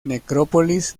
necrópolis